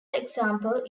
example